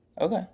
Okay